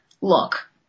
look